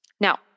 Now